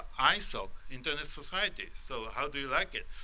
i saw internet society, so how do you like it?